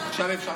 עכשיו אפשר,